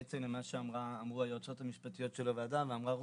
בעצם ממה שאמרו היועצות המשפטיות של הוועדה וממה שאמרה רותי,